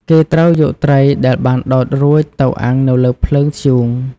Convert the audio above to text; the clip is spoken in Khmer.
គេត្រូវយកត្រីដែលបានដោតរួចទៅអាំងនៅលើភ្លើងធ្យូង។